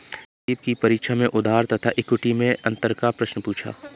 संदीप की परीक्षा में उधार तथा इक्विटी मैं अंतर का प्रश्न पूछा